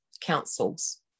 councils